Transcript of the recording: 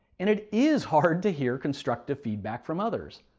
and it is hard to hear constructive feedback from others.